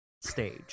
stage